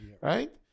right